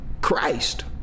Christ